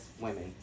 women